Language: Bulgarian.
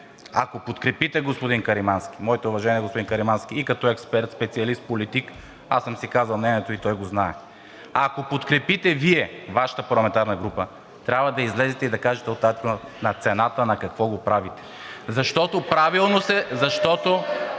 ако подкрепите господин Каримански – моите уважения, господин Каримански – и като експерт, специалист, политик – аз съм си казал мнението и той го знае. Ако подкрепите Вие – Вашата парламентарна група, трябва да излезете и да кажете от тая трибуна на цената на какво го правите, защото (шум и реплики от